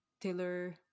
Taylor